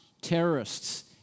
terrorists